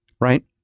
Right